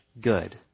good